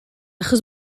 achos